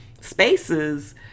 spaces